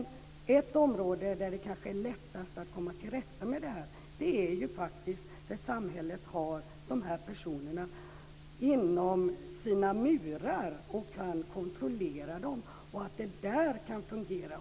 Det område där det kanske är lättast att komma till rätta med detta är ju där samhället har dessa personer inom sina murar och kan kontrollera dem. Där borde det kunna fungera.